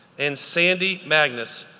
and sandy magnus,